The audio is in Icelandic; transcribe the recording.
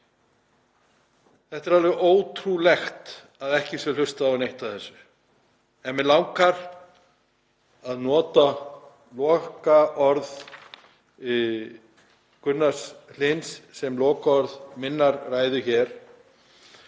það er alveg ótrúlegt að ekki sé hlustað á neitt af þessu. En mig langar að nota lokaorð Gunnars Hlyns sem lokaorð minnar ræðu hér,